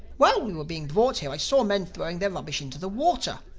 while we were being brought here i saw men throwing their rubbish into the water.